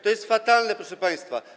To jest fatalne, proszę państwa.